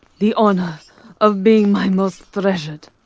the honor of being my most treasured,